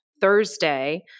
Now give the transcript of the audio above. Thursday